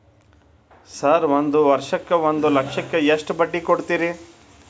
Sir ಒಂದು ವರ್ಷಕ್ಕ ಒಂದು ಲಕ್ಷಕ್ಕ ಎಷ್ಟು ಬಡ್ಡಿ ಕೊಡ್ತೇರಿ?